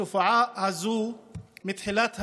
התופעה הזו עולה מתחילת השנה,